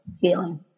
feeling